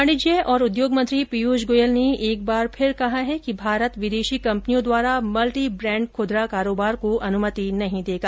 वाणिज्य और उद्योग मंत्री पीयूष गोयल ने एक बार फिर कहा है कि भारत विदेशी कंपनियों द्वारा मल्टी ब्रैंड खुदरा कारोबार को अनुमति नहीं देगा